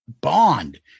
bond